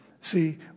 see